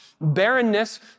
Barrenness